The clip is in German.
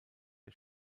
der